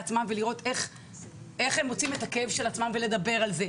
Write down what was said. לעצמם ולהוציא את הכאב שלהם ולדבר על זה.